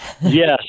yes